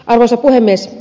arvoisa puhemies